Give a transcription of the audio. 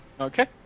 Okay